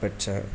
பெற்றேன்